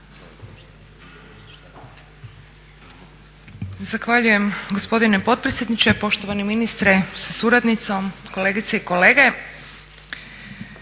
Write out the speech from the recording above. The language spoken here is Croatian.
Zahvaljujem poštovani potpredsjedniče, poštovani ministre sa suradnicom, poštovane kolegice i kolege.